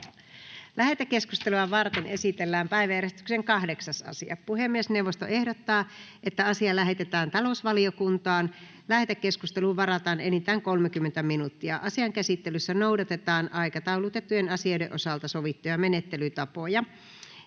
Lähetekeskustelua varten esitellään päiväjärjestyksen 7. asia. Puhemiesneuvosto ehdottaa, että asia lähetetään talousvaliokuntaan. Lähetekeskusteluun varataan enintään 30 minuuttia. Asian käsittelyssä noudatetaan aikataulutettujen asioiden osalta sovittuja menettelytapoja.—